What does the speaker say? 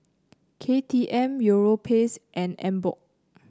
K T M Europace and Emborg